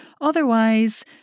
Otherwise